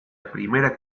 primera